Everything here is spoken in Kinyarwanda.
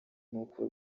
nk’uko